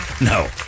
No